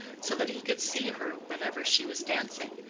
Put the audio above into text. so that he could see her whenever she was dancing,